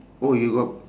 oh you got